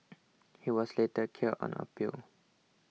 he was later cleared on appeal